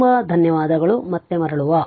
ತುಂಬಾ ಧನ್ಯವಾದಗಳು ಮತ್ತೆ ಮರಳುವ